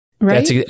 Right